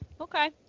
Okay